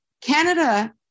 Canada